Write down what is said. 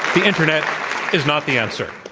the internet is not the answer.